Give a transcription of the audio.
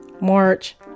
March